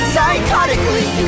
Psychotically